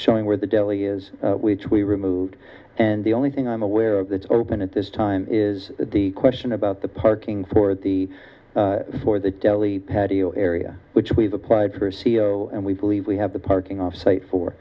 showing where the deli is which we removed and the only thing i'm aware of that are open at this time is the question about the parking for the for the deli patio area which we've applied for a c e o and we believe we have the parking offsite for